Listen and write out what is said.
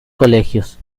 colegios